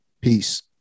Peace